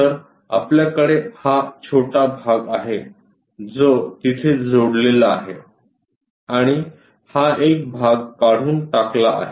तर आपल्याकडे हा छोटा भाग आहे जो तिथे जोडलेला आहे आणि हा एक भाग काढून टाकला आहे